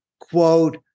quote